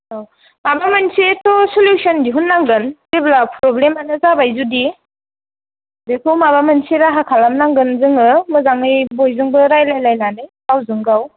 औ माबा मोनसे थ' सलिउसन दिहुननांगोन जेब्ला प्रब्लेमानो जाबाय जुदि बेखौ माबा मोनसे राहा खालामनांगोन जोङो मोजाङै बयजोंबो रायलायलायनानै गावजों गाव